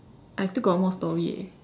I still got one more story eh